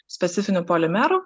specifiniu polimeru